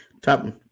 Top